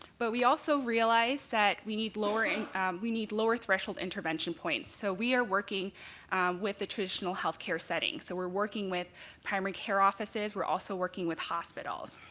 but we also realized that we need lower and we need lower threshold intervention points, so we are working with the traditional healthcare setting, so we're working with primary care offices, we're also working with hospitals.